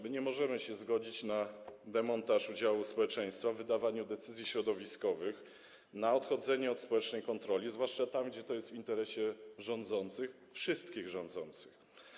My nie możemy się zgodzić na demontaż udziału społeczeństwa w wydawaniu decyzji środowiskowych, na odchodzenie od społecznej kontroli, zwłaszcza tam, gdzie to jest w interesie rządzących - wszystkich rządzących.